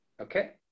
Okay